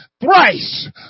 Thrice